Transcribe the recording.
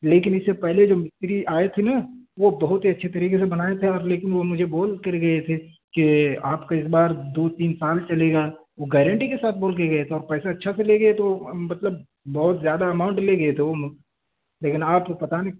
لیکن اس سے پہلے جو مستری آئے تھے نا وہ بہت ہی اچھے طریقے سے بنائے تھے اور لیکن وہ مجھے بول کر گئے تھے کہ آپ کا اس بار دو تین سال چلےگا وہ گارنٹی کے ساتھ بول کے گئے تھے اور پیسہ اچھا سا لے گئے وہ مطلب بہت زیادہ اماؤنٹ لے گئے تھے وہ لیکن آپ تو پتہ نہیں